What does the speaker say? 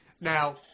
Now